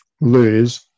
lose